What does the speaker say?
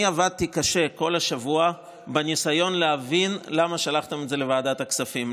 אני עבדתי קשה כל השבוע בניסיון להבין למה שלחתם את זה לוועדת הכספים,